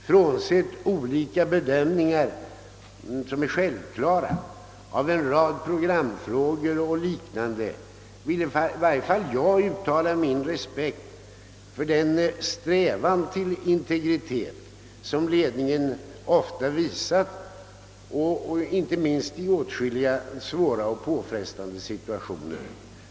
Frånsett olika bedömningar, som kan vara självklara i en rad programfrågor och liknande, vill i varje fall jag uttala min respekt för den strävan till integritet som ledningen ofta har visat, inte minst i åtskilliga svåra och påfrestande situationer.